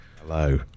Hello